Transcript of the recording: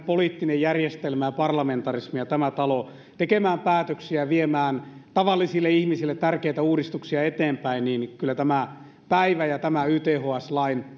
poliittinen järjestelmämme ja parlamentarismi ja tämä talo tekemään päätöksiä ja viemään tavallisille ihmisille tärkeitä uudistuksia eteenpäin niin kyllä tämä päivä ja tämän yths lain